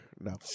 No